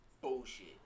bullshit